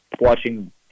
watching